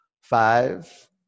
Five